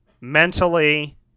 Mentally